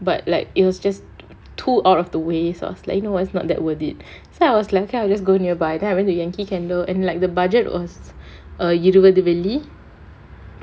but like it was just two out of the ways so I was like you know it's not that worth it so I was like okay I just go nearby then I went to yankee candle and like the budget was இருவது வெள்ளி:iruvathu velli